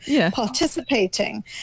participating